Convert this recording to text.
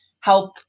help